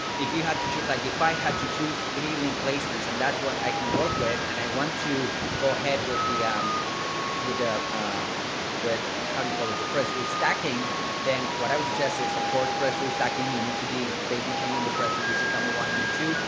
if you had to choose like if i had to choose three link placements and that's what i can work with, and i want to go ahead with the, um with the ah with how do you call it the press restacking then what i would suggest is, of course, press release. second, you need to be daisy chaining the press releases number one, number two,